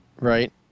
right